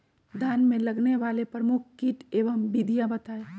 धान में लगने वाले प्रमुख कीट एवं विधियां बताएं?